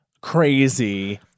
crazy